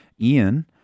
Ian